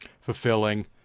fulfilling